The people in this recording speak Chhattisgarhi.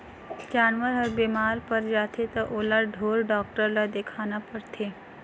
जानवर हर बेमार पर जाथे त ओला ढोर डॉक्टर ल देखाना परथे